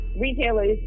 Retailers